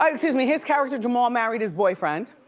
um excuse me, his character, jamal, married his boyfriend.